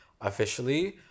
officially